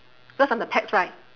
because I am the pets right